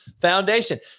foundation